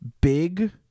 big